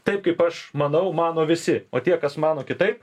taip kaip aš manau mano visi o tie kas mano kitaip